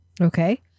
Okay